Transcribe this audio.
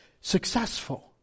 successful